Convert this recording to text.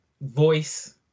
voice